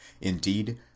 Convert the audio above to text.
Indeed